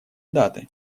даты